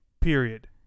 period